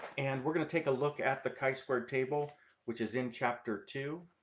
and we're gonna take a look at the chi-square table which is in chapter two.